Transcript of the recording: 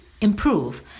improve